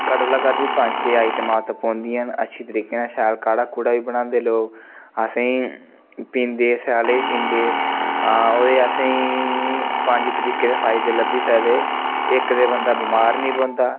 घट्ट कोला घट्ट पंज छे आइटमां ते पौंदियां न अच्छे तरीके कन्नै शैल काढ़ा कुढ़ा बी बनांदे लोग असेंगी पींदे स्याले पींदे होर असेंई पंज तरीके दे फायदे लब्भी सकदे इक ते बंदा बमार नेईं पौंदा